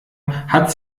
hat